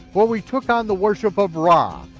but we took on the worship of ra,